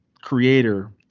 creator